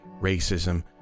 racism